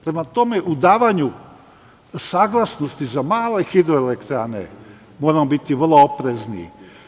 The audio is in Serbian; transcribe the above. Prema tome, u davanju saglasnosti za male hidroelektrane moramo biti vrlo oprezni.